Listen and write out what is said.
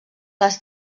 les